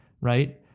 right